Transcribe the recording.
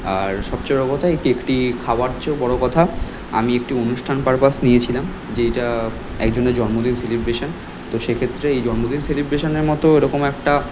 আর সবচেয়ে বড় কথা এই কেকটি খাওয়ার চেয়েও বড় কথা আমি একটি অনুষ্ঠান পারপাস নিয়েছিলাম যে এটা একজনের জন্মদিন সেলিব্রেশান তো সেক্ষেত্রে এই জন্মদিন সেলিব্রেশানের মতো এরকম একটা